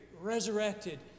resurrected